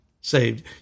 saved